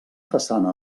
façana